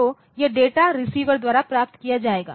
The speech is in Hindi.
तो यह डेटा रिसीवर द्वारा प्राप्त किया जाएगा